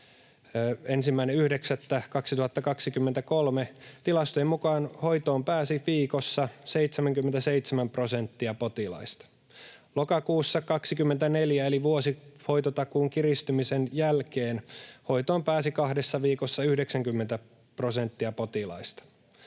1.9.2023, tilastojen mukaan hoitoon pääsi viikossa 77 prosenttia potilaista. Lokakuussa 24, eli vuosi hoitotakuun kiristymisen jälkeen, hoitoon pääsi kahdessa viikossa 90 prosenttia potilaista.